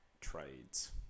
trades